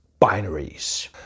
binaries